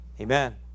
Amen